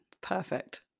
Perfect